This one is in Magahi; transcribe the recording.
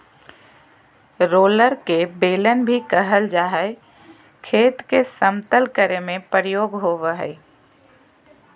रोलर के बेलन भी कहल जा हई, खेत के समतल करे में प्रयोग होवअ हई